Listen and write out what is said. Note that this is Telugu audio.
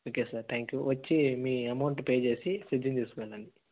ఓకే సార్ థ్యాంక్ యూ వచ్చి మీ అమౌంట్ పే చేసి ఫ్రిడ్జును తీసుకువెళ్ళండి